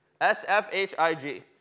S-F-H-I-G